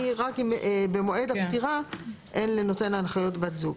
רק אם במועד הפטירה אין לנותן ההנחיות בת זוג.